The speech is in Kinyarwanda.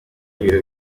ibiro